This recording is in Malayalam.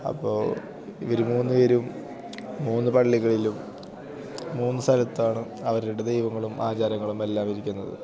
അപ്പോൾ ഇവർ മൂന്ന് പേരും മൂന്ന് പള്ളികളിലും മൂന്ന് സ്ഥലത്താണ് അവരുടെ ദൈവങ്ങളും ആചാരങ്ങളും എല്ലാമിരിക്കുന്നത്